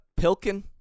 Pilkin